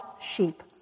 sheep